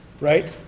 right